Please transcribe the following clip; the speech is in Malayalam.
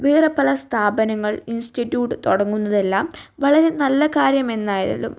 വേറെ പല സ്ഥാപനങ്ങൾ ഇൻസ്റ്റിറ്റ്യൂട്ട് തുടങ്ങുന്നതെല്ലാം വളരെ നല്ല കാര്യമെന്നായാലും